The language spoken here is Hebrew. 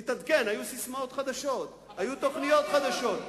תתעדכן, היו ססמאות חדשות, היו תוכניות חדשות.